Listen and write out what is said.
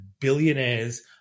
billionaires